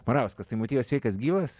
morauskas tai motiejau sveikas gyvas